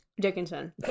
Dickinson